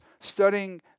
studying